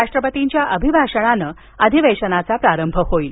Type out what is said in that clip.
राष्ट्रपतींच्या अभिभाषणानं अधिवेशनाचा प्रारंभ होईल